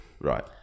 Right